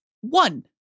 one